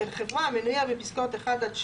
של חברה המנויה בפסקאות (1) עד (6)